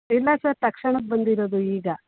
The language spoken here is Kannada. ಇಲ್ಲ ಸರ್ ತಕ್ಷಣಕ್ಕೆ ಬಂದಿರೋದು ಈಗ